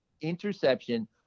interception